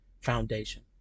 foundation